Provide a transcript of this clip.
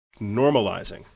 normalizing